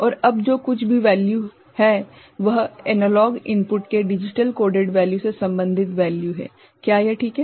और अब जो कुछ भी वेल्यू है वह एनालॉग इनपुट के डिजिटल कोडेड वेल्यू से संबंधित वेल्यू है क्या यह ठीक है